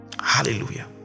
Hallelujah